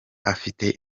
afite